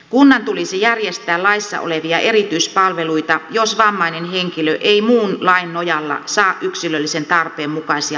kunnan tulisi järjestää laissa olevia erityispalveluita jos vammainen henkilö ei muun lain nojalla saa yksilöllisen tarpeen mukaisia palveluja